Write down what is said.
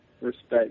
respect